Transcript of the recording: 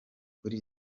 kuri